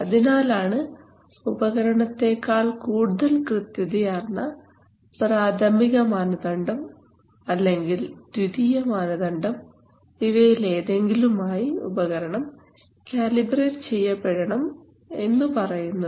അതിനാലാണ് ഉപകരണത്തേക്കാൾ കൂടുതൽ കൃത്യതയാർന്ന പ്രാഥമിക മാനദണ്ഡം അല്ലെങ്കിൽ ദ്വിതീയ മാനദണ്ഡം എന്നിവയിലേതെങ്കിലും ആയി ഉപകരണം കാലിബ്രേറ്റ് ചെയ്യപ്പെടണം എന്നു പറയുന്നത്